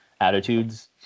attitudes